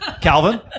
Calvin